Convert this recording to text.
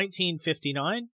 1959